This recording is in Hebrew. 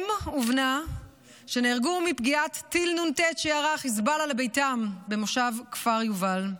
אם ובנה שנהרגו מפגיעת טיל נ"ט שירה חיזבאללה לביתם במושב כפר יובל.